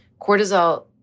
cortisol